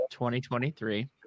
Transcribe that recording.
2023